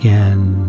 Again